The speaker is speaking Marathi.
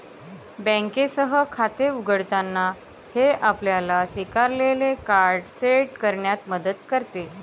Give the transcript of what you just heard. बँकेसह खाते उघडताना, हे आपल्याला स्वीकारलेले कार्ड सेट करण्यात मदत करते